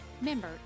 Member